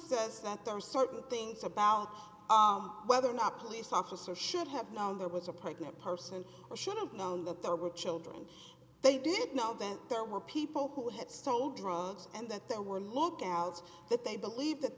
says that there are certain things about whether or not a police officer should have known there was a pregnant person or should have known that there were children they did know that there were people who had sold drugs and that they were lookouts that they believed that